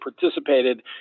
participated